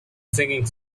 singing